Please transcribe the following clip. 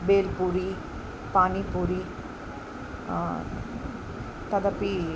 बेल्पूरि पानीपूरि तदपि